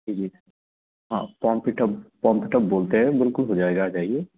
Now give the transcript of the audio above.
जी जी हाँ pump it up pump it up बोलते हैं बिल्कुल हो जाएगा आ जाइए